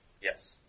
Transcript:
Yes